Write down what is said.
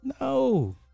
No